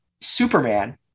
Superman